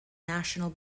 national